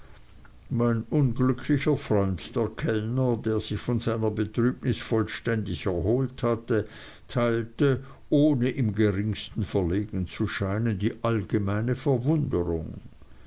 mein unglücklicher freund der kellner der sich von seiner betrübnis vollständig erholt hatte teilte ohne im geringsten verlegen zu scheinen die allgemeine verwunderung